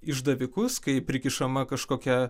išdavikus kai prikišama kažkokia